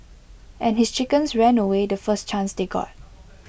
and his chickens ran away the first chance they got